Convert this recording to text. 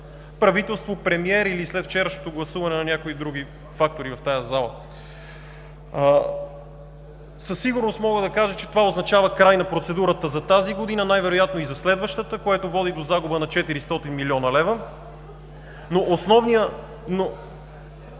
правителство, премиер, или след вчерашното гласуване на някои други фактори в тази зала. Със сигурност мога да кажа, че това означава край на процедурата за тази година, най-вероятно и за следващата, което води до загуба на 400 млн. лв. (Реплики